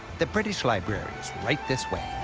the british library's right this way.